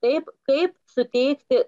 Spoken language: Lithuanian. taip kaip suteikti